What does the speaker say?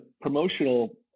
promotional